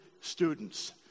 students